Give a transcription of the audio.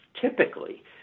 typically